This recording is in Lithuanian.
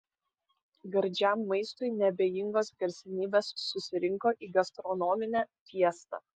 gardžiam maistui neabejingos garsenybės susirinko į gastronominę fiestą